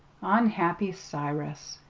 unhappy cyrus!